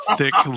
thick